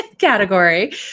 category